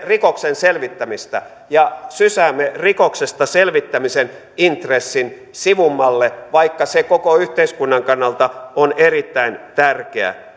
rikoksen selvittämistä ja sysäämme rikoksen selvittämisen intressin sivummalle vaikka se koko yhteiskunnan kannalta on erittäin tärkeä